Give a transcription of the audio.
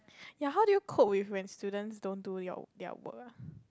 ya how do you cope with when students don't do your their work ah